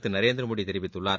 திரு நரேந்திரமோடி தெரிவித்துள்ளார்